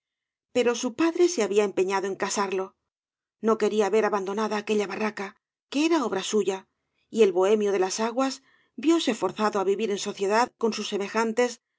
pero su padre se había empeñado en casarlo no quería ver abandonada aquella barraca que era obra suya y el bohemio de las aguas vióse forzado á vivir en sociedad con bus semejantes